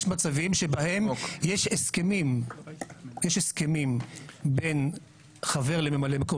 יש מצבים שבהם יש הסכמים בין חבר לממלא מקום,